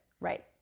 Right